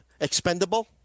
expendable